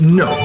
no